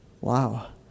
Wow